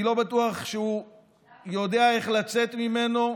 אני לא בטוח שהוא יודע איך לצאת ממנו.